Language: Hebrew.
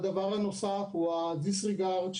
דבר נוסף זה ה-disregard.